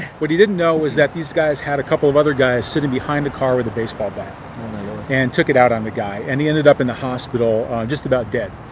what he didnit know was these guys had a couple of other guys sitting behind the car with a baseball bat and took it out on the guy. and he ended up in the hospital just about dead.